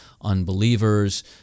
unbelievers